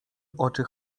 oczy